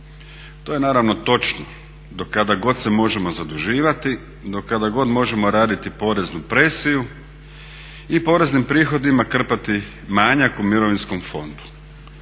To je naravno točno, do kad god se možemo zaduživati, do kad god možemo raditi poreznu presiju i poreznim prihodima krpati manjak u mirovinskom fondu.